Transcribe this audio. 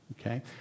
Okay